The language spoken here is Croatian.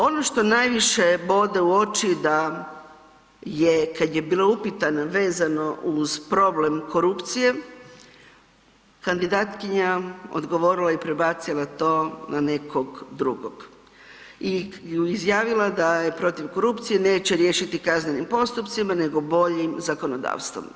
Ono što najviše bode u oči da je kad je bila upitana vezano uz problem korupcije, kandidatkinja odgovorila i prebacila to na nekog drugog i izjavila da je protiv korupcije, neće riješiti kaznenim postupcima nego boljim zakonodavstvom.